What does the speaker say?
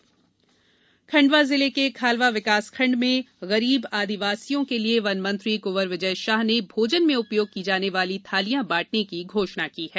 बर्तन वितरण खण्डवा जिले के खालवा विकासखंड में गरीब आदिवासियों के लिए वन मंत्री कंवर विजय शाह ने भोजन में उपयोग की जाने वाली थालियाँ बांटने की घोषणा की है